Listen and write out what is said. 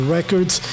Records